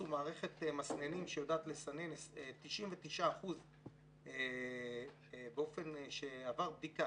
המטוס הוא מערכת מסננים שיודעת לסנן 99% באופן שעבר בדיקה,